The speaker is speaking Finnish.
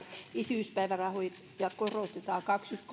isyyspäivärahoja korotetaan